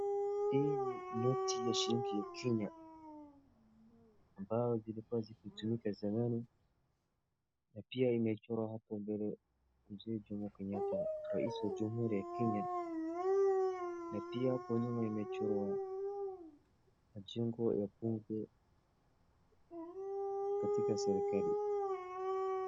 Hii ni noti ya shilingi ya Kenya ambao zilikuwa zikitumika zamani na pia imechorwa hapo mbele mzee Jomo Kenyatta rais wa jamuhuri ya Kenya na pia hapo nyuma imechorwa majengo ya bunge katika serekali.